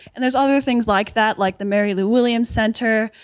and there's other things like that, like the mary lou williams center,